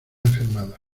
enfermado